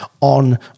on